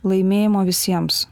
laimėjimo visiems